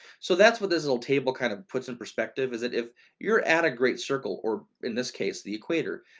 so that's what this little table kind of puts in perspective is that if you're at a great circle, or in this case, the equator,